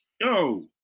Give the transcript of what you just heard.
yo